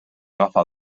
agafar